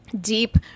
Deep